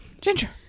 Ginger